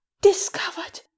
Discovered